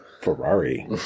Ferrari